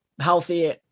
healthy